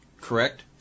correct